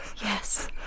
Yes